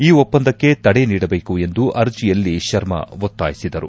ಈ ಒಪ್ಪಂದಕ್ಕೆ ತಡೆ ನೀಡಬೇಕು ಎಂದು ಅರ್ಜಿಯಲ್ಲಿ ಶರ್ಮಾ ಒತ್ತಾಯಿಸಿದರು